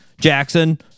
Jackson